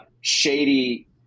shady